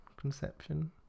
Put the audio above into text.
conception